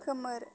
खोमोर